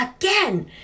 again